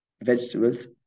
vegetables